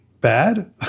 bad